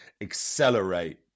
accelerate